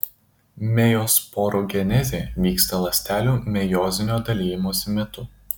mejosporogenezė vyksta ląstelių mejozinio dalijimosi metu